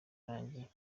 arangiye